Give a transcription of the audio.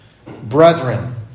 Brethren